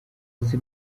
azi